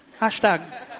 Hashtag